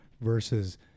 versus